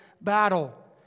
battle